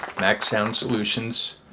max sound solutions